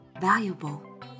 valuable